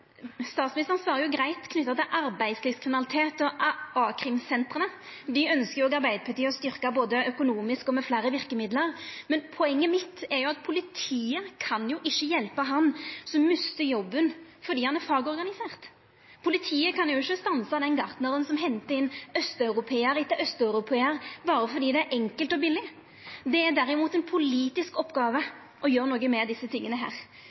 Statsministeren svarer greitt når det gjeld arbeidslivskriminalitet og a-krimsentera. Dei ønskjer jo òg Arbeiderpartiet å styrkja, både økonomisk og med fleire verkemiddel. Men poenget mitt er at politiet jo ikkje kan hjelpa han som mister jobben fordi han er fagorganisert, politiet kan jo ikkje stansa den gartnaren som hentar inn austeuropear etter austeuropear berre fordi det er enkelt og billig. Det er derimot ei politisk oppgåve å gjera noko med desse tinga.